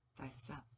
thyself